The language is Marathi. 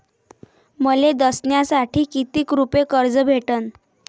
मले दसऱ्यासाठी कितीक रुपये कर्ज भेटन?